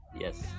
Yes